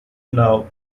now